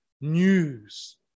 news